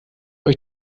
euch